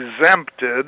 exempted